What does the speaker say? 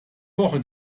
woche